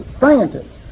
scientists